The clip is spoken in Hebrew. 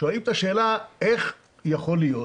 שואלים את השאלה איך יכול להיות